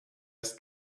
his